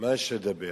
מה יש לדבר?